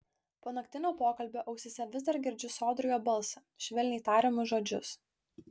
po naktinio pokalbio ausyse vis dar girdžiu sodrų jo balsą švelniai tariamus žodžius